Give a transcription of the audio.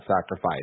sacrifice